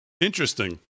Interesting